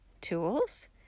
Tools